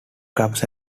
clubs